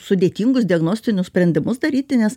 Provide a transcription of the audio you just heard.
sudėtingus diagnostinius sprendimus daryti nes